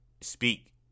speak